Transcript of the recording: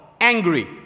angry